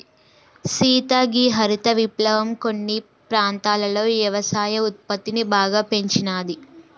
సీత గీ హరిత విప్లవం కొన్ని ప్రాంతాలలో యవసాయ ఉత్పత్తిని బాగా పెంచినాది